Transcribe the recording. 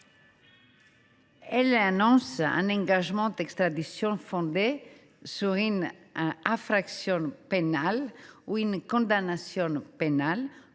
Elle énonce un engagement d’extradition fondée sur une infraction pénale ou une condamnation pénale